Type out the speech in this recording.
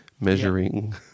measuring